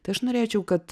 tai aš norėčiau kad